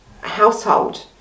household